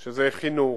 חינוך,